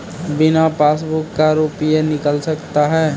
बिना पासबुक का रुपये निकल सकता हैं?